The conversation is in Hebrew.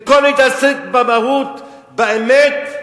במקום להתעסק במהות, באמת,